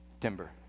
timber